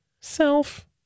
Self